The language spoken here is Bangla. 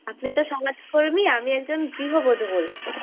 আপনি তো সমাজকর্মী আমি একজন গৃহবধূ বলছি